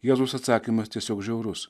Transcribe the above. jėzaus atsakymas tiesiog žiaurus